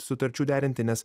sutarčių derinti nes